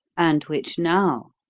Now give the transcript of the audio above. and which now,